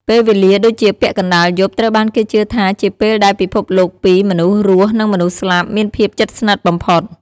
ពេលវេលាដូចជាពាក់កណ្តាលយប់ ត្រូវបានគេជឿថាជាពេលដែលពិភពលោកពីរ មនុស្សរស់ និងមនុស្សស្លាប់ មានភាពជិតស្និទ្ធបំផុត។